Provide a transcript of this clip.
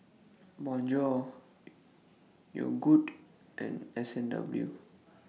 Bonjour Yogood and S and W